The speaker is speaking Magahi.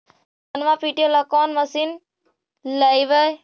धनमा पिटेला कौन मशीन लैबै?